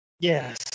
Yes